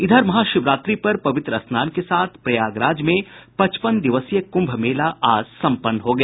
इधर महाशिवरात्रि पर पवित्र स्नान के साथ प्रयागराज में पचपन दिवसीय कुंभ मेला सम्पन्न हो गया